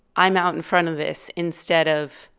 i'm out in front of this instead of.